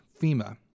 FEMA